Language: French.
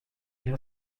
bien